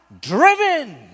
driven